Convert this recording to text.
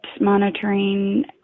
monitoring